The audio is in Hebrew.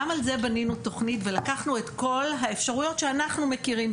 גם על זה בנינו תוכנית ולקחנו את כל האפשרויות שאנחנו מכירים,